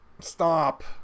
stop